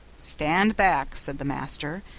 stand back said the master,